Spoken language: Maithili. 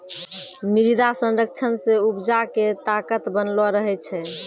मृदा संरक्षण से उपजा के ताकत बनलो रहै छै